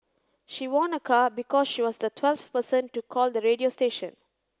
she won a car because she was the twelfth person to call the radio station